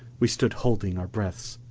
we stood holding our breaths,